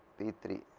p three,